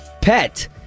pet